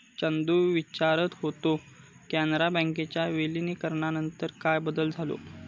चंदू विचारत होतो, कॅनरा बँकेच्या विलीनीकरणानंतर काय बदल झालो?